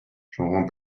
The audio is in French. j’en